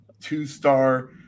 two-star